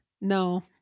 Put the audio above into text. no